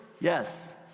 yes